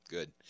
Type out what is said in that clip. Good